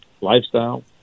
lifestyle